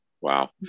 Wow